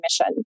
mission